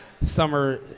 summer